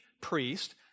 priest